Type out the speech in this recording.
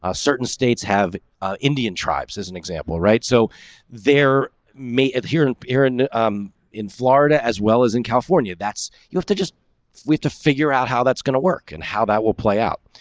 ah certain states have indian tribes as an example, right? so there may have hearing aaron in florida as well as in california. that's you have to just have to figure out how that's gonna work and how that will play out,